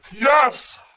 Yes